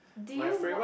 do you watch